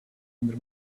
under